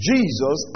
Jesus